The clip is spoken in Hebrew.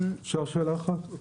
אפשר שאלה אחת?